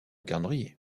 calendrier